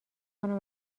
کنم